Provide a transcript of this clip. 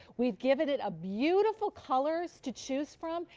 we given it a beautiful colors to choose from.